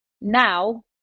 Now